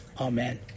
Amen